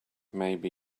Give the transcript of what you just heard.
maybe